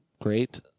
great